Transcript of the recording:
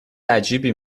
عجیبی